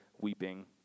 weeping